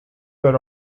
were